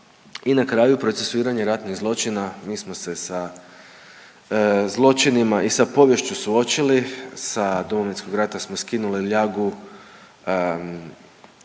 I na kraju, procesuiranje ratnih zločina. Mi smo se sa zločinima i sa poviješću suočili, sa Domovinskog rata smo skinuli ljagu